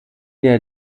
der